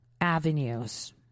avenues